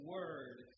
Word